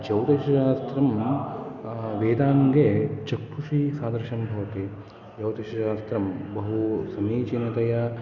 ज्योतिषशास्त्रं वेदाङ्गे चक्षुषी सदृशं भवति ज्यौतिषशास्त्रं बहु समीचीनतया